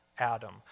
Adam